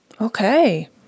Okay